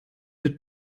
der